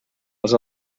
els